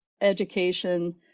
education